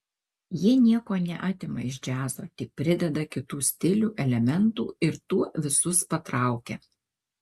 jie nieko neatima iš džiazo tik prideda kitų stilių elementų ir tuo visus patraukia